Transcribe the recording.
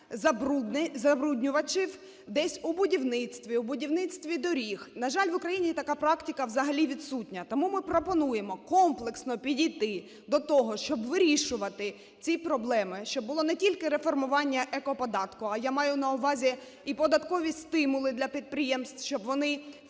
забруднювачів десь у будівництві, у будівництві доріг. На жаль, в Україні така практика взагалі відсутня. Тому ми пропонуємо комплексно підійти до того, щоб вирішувати ці проблеми, щоб було не тільки реформування екоподатку, а я маю на увазі і податкові стимули для підприємств, щоб